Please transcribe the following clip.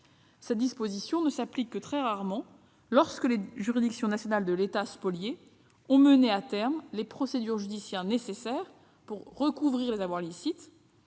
ses stipulations ne s'appliquent que très rarement, lorsque les juridictions nationales de l'État spolié ont mené à terme les procédures judiciaires nécessaires pour recouvrer les avoirs illicites